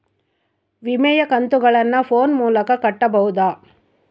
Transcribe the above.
ವಿಮೆಯ ಕಂತುಗಳನ್ನ ಫೋನ್ ಮೂಲಕ ಕಟ್ಟಬಹುದಾ?